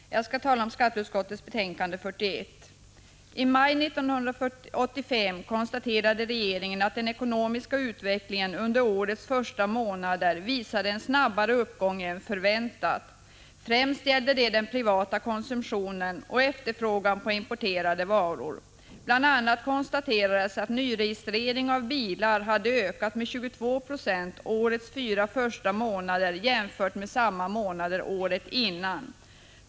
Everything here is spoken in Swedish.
Herr talman! Jag skall tala om skatteutskottets betänkande 41. I maj 1985 konstaterade regeringen att den ekonomiska utvecklingen under årets första månader visade en snabbare uppgång än förväntat. Främst gällde det den privata konsumtionen och efterfrågan på importerade varor. Bl. a. konstaterades att nyregistreringen av bilar hade ökat med 22 9 årets fyra första månader jämfört med samma månader året innan.